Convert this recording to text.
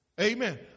Amen